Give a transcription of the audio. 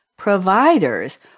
providers